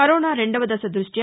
corona రెండో దశ దృష్ట్వి